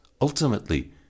ultimately